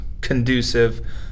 conducive